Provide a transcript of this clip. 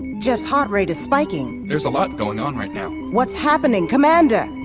geoff's heart rate is spiking there's a lot going on right now what's happening? commander!